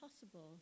possible